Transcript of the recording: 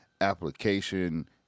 application